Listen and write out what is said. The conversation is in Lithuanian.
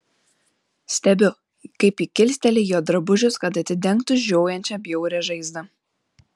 stebiu kaip ji kilsteli jo drabužius kad atidengtų žiojančią bjaurią žaizdą